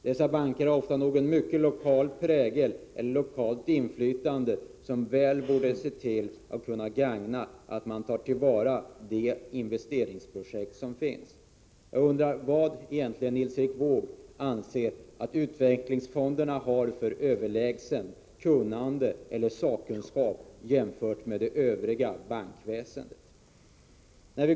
De här bankerna har ofta en mycket lokal prägel och ett lokalt inflytande som bör kunna garantera att de investeringsprojekt som finns blir väl tillvaratagna. Jag undrar om Nils Erik Wååg verkligen menar att utvecklingsfonderna har överlägsen sakkunskap jämfört med de övriga bankerna.